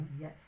Yes